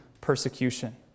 persecution